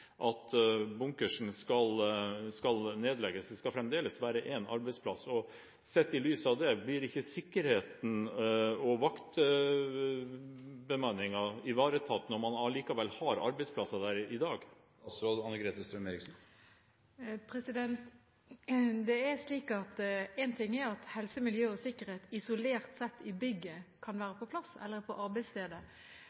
bunkersen skal nedlegges. Det skal fremdeles være en arbeidsplass, og sett i lys av det: Blir ikke sikkerheten og vaktbemanningen ivaretatt når man allikevel har arbeidsplasser der i dag? Én ting er at helse, miljø og sikkerhet isolert sett kan være på plass i bygget eller på arbeidsstedet, men her har det vært knyttet opp til at hvis dette skulle være